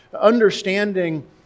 Understanding